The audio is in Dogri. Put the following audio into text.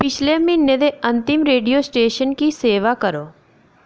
पिछले म्हीने दे अंतिम रेडियो स्टेशन गी सेवा करो